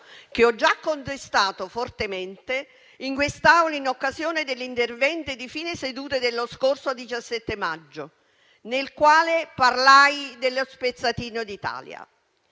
che ho già contestato fortemente in quest'Aula in occasione del mio intervento di fine seduta dello scorso 17 maggio, nel quale parlai dello spezzatino d'Italia.